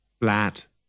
flat